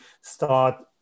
start